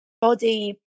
body